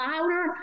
louder